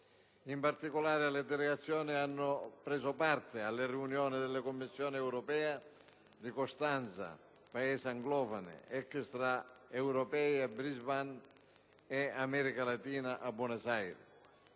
In particolare, le delegazioni hanno preso parte alle riunioni della Commissione Europa a Costanza, Paesi anglofoni extraeuropei a Brisbane e America Latina a Buenos Aires.